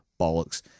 Bollocks